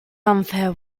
unfair